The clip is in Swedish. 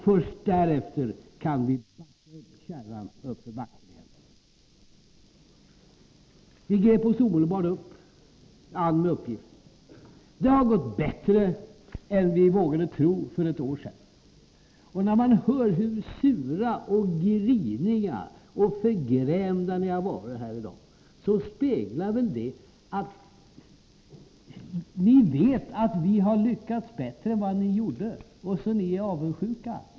Först därefter kan vi baxa upp kärran för backen igen. Vi grep oss omedelbart an med uppgiften. Det har gått bättre än vi vågade tro för ett år sedan. Och när man hört hur sura, griniga och förgrämda ni har varit här i dag speglar väl det att ni vet att vi har lyckats bättre än ni gjorde och att ni är avundsjuka.